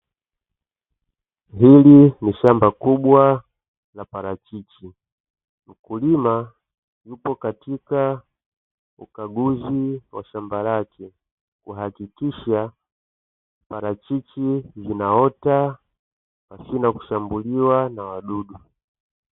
Hili ni shamba kubwa la parachichi. Mkulima yupo katika ukaguzi wa shamba lake kuhakikisha, parachichi zinaota pasipo kushambuliwa na wadudu.